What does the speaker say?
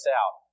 out